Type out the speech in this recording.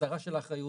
הסדרה של האחריות,